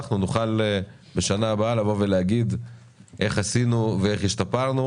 אנחנו נוכל בשנה הבאה לבוא ולהגיד איך עשינו ואיך השתפרנו.